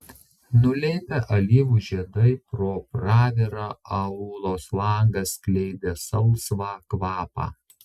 nuleipę alyvų žiedai pro pravirą aulos langą skleidė salsvą kvapą